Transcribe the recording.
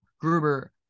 Gruber